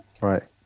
Right